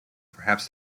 perhaps